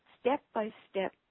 step-by-step